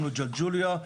את ג׳לג׳וליה,